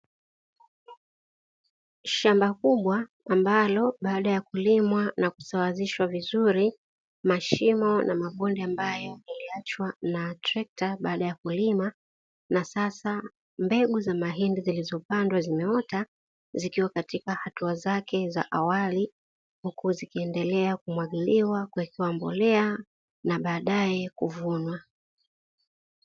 Shamba kubwa ambalo baada ya kulimwa na kusawazishwa vizuri mashimo na mabonde ambayo yaliachwa na trekta baada ya kulima na sasa mbegu za mahindi zilizopandwa zimeota zikiwa katika hatua zake za awali huku zikiendelea kumwagiliwa, kuwekewa mbolea na baadae kuvunwa.